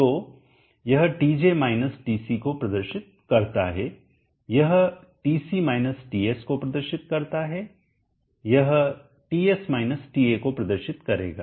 तो यह Tj Tc को प्रदर्शित करता है यह Tc Ts को प्रदर्शित करता है यह Ts Ta को प्रदर्शित करेगा